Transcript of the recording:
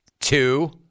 Two